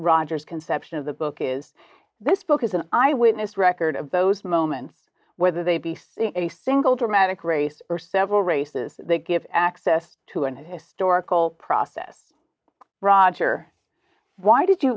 roger's conception of the book is this book is an eye witness record of those moments whether they be a single dramatic race or several races that give access to an historical process roger why did you